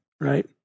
right